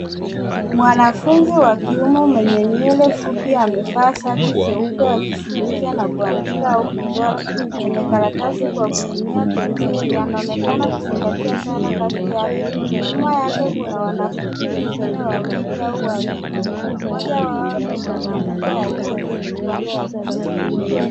Mwanafunzi wa kiume mwenye nywele fupi amevaa shati jeupe akijishughulisha na kuandika au kuchora kwenye karatasi kwa kutumia penseli. Anaonekana kuzingatia sana kazi yake. Nyuma yake kuna wanafunzi wengine wawili au walimu. Mmoja wao ni mwanamke aliyeketi upande wa kushoto.